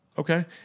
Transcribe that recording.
Okay